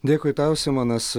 dėkui tau simonas